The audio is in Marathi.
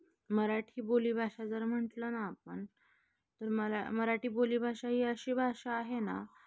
मराठी बोलीभाषा जर म्हटलं ना आपण तर मरा मराठी बोलीभाषा ही अशी भाषा आहे ना